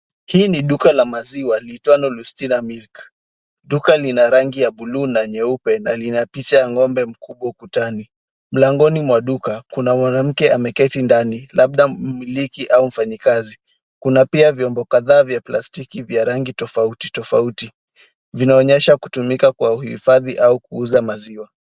Hii ni duka la maziwa liitwalo Yustina milk. Duka lina rangi ya buluu na nyeupe na lina picha ya ng'ombe ukutani. Mlangoni mwa duka kuna mwanamke ameketi ndani labda mmiliki au mfanyikazi. Kuna pia vyombo kadhaa vya plastiki vya rangi tofauti tofauti. Vinaonyesha kutumika kwa uhifadhi au kuuza maziwa.